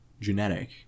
genetic